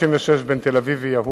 קווי